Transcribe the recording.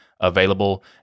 Available